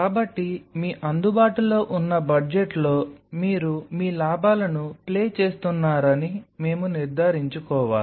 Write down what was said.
కాబట్టి మీ అందుబాటులో ఉన్న బడ్జెట్లో మీరు మీ లాభాలను ప్లే చేస్తున్నారని మేము నిర్ధారించుకోవాలి